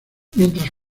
mientras